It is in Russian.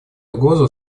угрозу